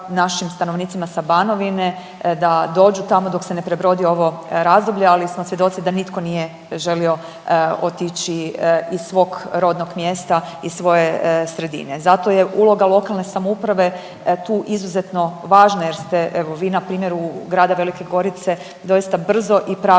našim stanovnicima sa Banovine da dođu tamo dok se ne prebrodi ovo razdoblje, ali smo svjedoci da nitko nije želio otići iz svog rodnog mjesta iz svoje sredine. Zato je uloga lokalne samouprave tu izuzetno važna jer ste evo vi npr. u Grada Velike Gorice doista brzo i pravilno